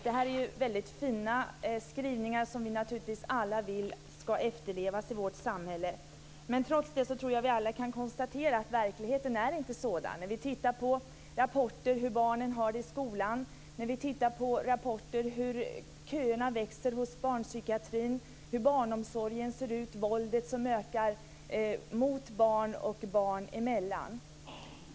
Detta är ju väldigt fina skrivningar, som vi naturligtvis alla vill skall efterlevas i vårt samhälle. Trots det tror jag att vi alla kan konstatera att verkligheten inte är sådan. Vi kan läsa rapporter om hur barnen har det i skolan, hur köerna växer till barnpsykiatrin, hur barnomsorgen ser ut, hur våldet ökar mot barn och barn emellan.